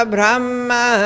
Brahma